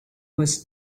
was